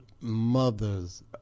Mother's